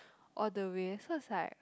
all the way so it's like